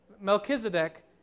Melchizedek